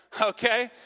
Okay